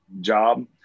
job